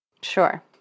Sure